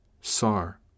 Sar